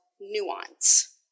nuance